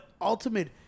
ultimate